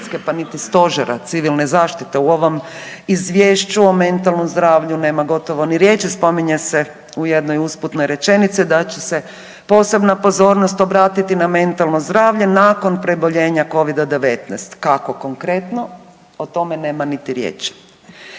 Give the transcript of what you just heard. pa niti Stožera civilne zaštite, u ovom Izvješću o mentalnom zdravlju nema gotovo ni riječi. Spominje se u jednoj usputnoj rečenici da će se posebna pozornost obratiti na mentalno zdravlje nakon preboljenja Covida-19. Kako konkretno, o tome nema niti riječi.